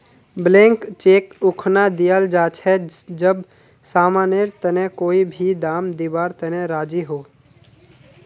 blank cheque उखना दियाल जा छे जब समानेर तने कोई भी दाम दीवार तने राज़ी हो